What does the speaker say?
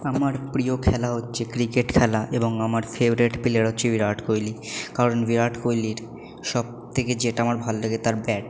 আমার প্রিয় খেলা হচ্ছে ক্রিকেট খেলা এবং আমার ফেভারিট প্লেয়ার হচ্ছে বিরাট কোহলি কারণ বিরাট কোহলির সব থেকে যেটা আমার ভাল লাগে তার ব্যাট